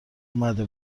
اومده